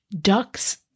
Ducks